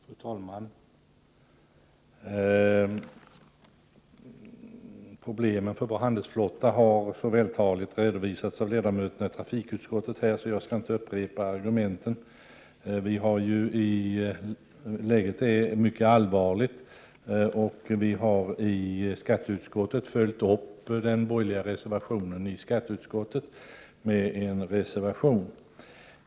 Fru talman! Problemen för vår handelsflotta har så vältaligt redovisats av ledamöterna i trafikutskottet att jag inte behöver upprepa argumenten. Läget är mycket allvarligt. Vi i skatteutskottet har följt upp den borgerliga reservationen i skatteutskottet med en ny reservation.